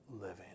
living